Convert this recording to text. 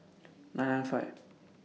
nine nine five